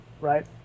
right